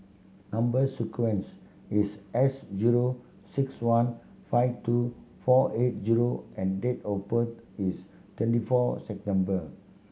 number sequence is S zero six one five two four eight zero and date of birth is twenty four September